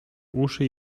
uszy